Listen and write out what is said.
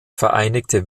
vereinigte